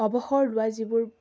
অৱসৰ লোৱা যিবোৰ